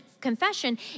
confession